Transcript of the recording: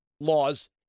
laws